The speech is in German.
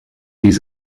dies